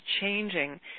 changing